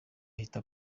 ahita